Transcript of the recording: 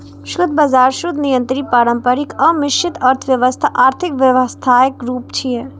शुद्ध बाजार, शुद्ध नियंत्रित, पारंपरिक आ मिश्रित अर्थव्यवस्था आर्थिक व्यवस्थाक रूप छियै